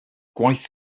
gwaith